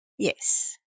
Yes